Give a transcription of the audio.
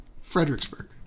Fredericksburg